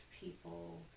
people